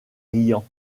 riant